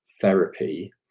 therapy